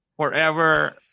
forever